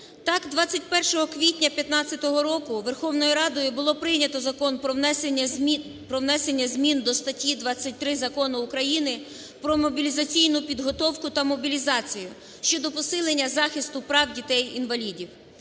Так, 21 квітня 15 року Верховною Радою було прийнято Закон "Про внесення змін до статті 23 Закону України "Про мобілізаційну підготовку та мобілізацію" щодо посилення захисту прав дітей-інвалідів.